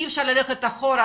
אי אפשר ללכת אחורה,